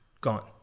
gone